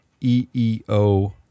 EEO